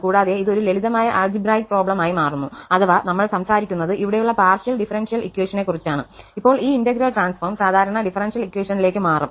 കൂടാതെ ഇത് ഒരു ലളിതമായ ആൾജിബ്രായിക് പ്രോബ്ലം ആയി മാറുന്നു അഥവാ നമ്മൾ സംസാരിക്കുന്നത് അവിടെയുള്ള പാർഷ്യൽ ഡിഫറൻഷ്യൽ ഇക്വഷനെ കുറിച്ചാണ് അപ്പോൾ ഈ ഇന്റഗ്രൽ ട്രാൻസ്ഫോം സാധാരണ ഡിഫറൻഷ്യൽ ഇക്വഷനിലേക്ക് മാറും